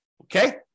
Okay